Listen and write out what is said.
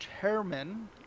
Chairman